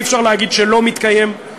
אי-אפשר להגיד שלא מתקיים,